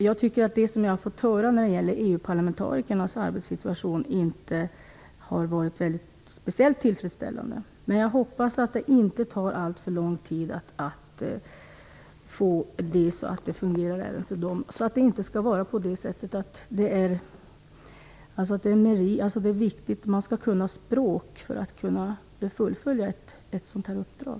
Jag tycker att det som jag fått höra om EU-parlamentarikernas arbetssituation inte har varit speciellt tillfredsställande. Jag hoppas att det inte tar alltför lång tid att få detta att fungera för dem. Det får inte vara så att det är viktigt att man kan språk för att kunna fullfölja ett sådant här uppdrag.